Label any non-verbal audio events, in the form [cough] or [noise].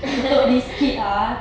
[laughs]